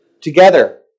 together